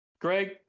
Greg